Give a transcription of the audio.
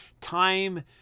time